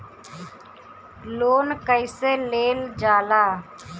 Loan कईसे लेल जाला?